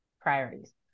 priorities